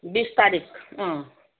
बिस तारिक अँ